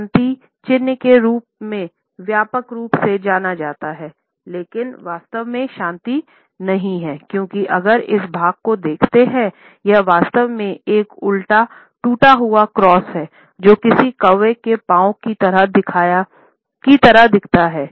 शांति चिन्ह के रूप में व्यापक रूप से जाना जाता है लेकिन वास्तव में शांति नहीं है क्योंकि अगर इस भाग को देखते हैंयह वास्तव में एक उल्टा टूटा हुआ क्रॉस है जो किसी कौवा के पाँव की तरह दिखता है